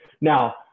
Now